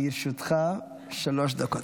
לרשותך שלוש דקות.